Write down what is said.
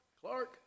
Clark